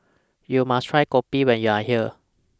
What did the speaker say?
YOU must Try Kopi when YOU Are here